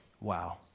wow